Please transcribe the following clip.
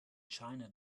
china